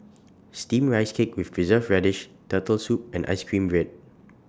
Steamed Rice Cake with Preserved Radish Turtle Soup and Ice Cream Bread